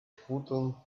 futtern